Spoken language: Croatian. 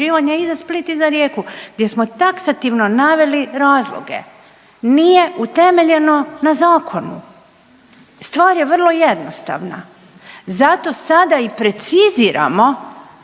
i za Split i za Rijeku gdje smo taksativno naveli razloge. Nije utemeljeno na zakonu. Stvar je vrlo jednostavna. Zato sada i preciziramo